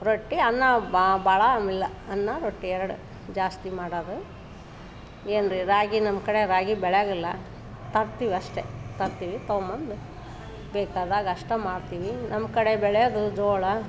ರೊಟ್ಟಿ ಅನ್ನ ಭಾಳ ಇಲ್ಲ ಅನ್ನ ರೊಟ್ಟಿ ಎರಡೇ ಜಾಸ್ತಿ ಮಾಡೋದು ಏನು ರೀ ರಾಗಿ ನಮ್ಮ ಕಡೆ ರಾಗಿ ಬೆಳೆಯೋಂಗಿಲ್ಲ ತರ್ತೀವಿ ಅಷ್ಟೇ ತರ್ತೀವಿ ತೊಗೊಂಬಂದು ಬೇಕಾದಾಗ ಅಷ್ಟೆ ಮಾಡ್ತೀವಿ ನಮ್ಮ ಕಡೆ ಬೆಳೆಯೋದು ಜೋಳ